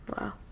Wow